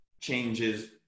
changes